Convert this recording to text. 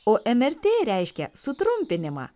o mrt reiškia sutrumpinimą